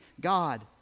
God